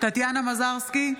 טטיאנה מזרסקי,